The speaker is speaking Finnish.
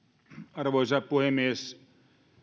arvoisa puhemies